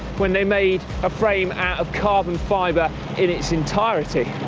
when they made a frame out of carbon fiber in its entirety.